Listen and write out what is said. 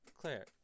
Claire